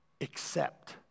Accept